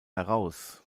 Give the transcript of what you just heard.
heraus